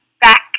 back